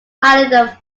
highly